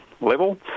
level